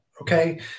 Okay